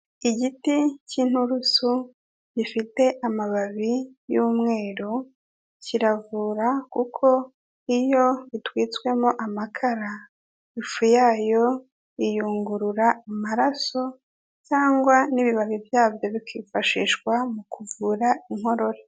Igiti cy'inturusu gifite amababi y'umweru, kiravura kuko iyo gitwitswemo amakara ifu yayo iyungurura amaraso cyangwa n'ibibabi byabyo bikifashishwa mu kuvura inkorora.